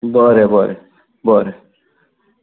बरें बरें बरें